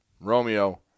Romeo